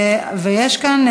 יש כאן,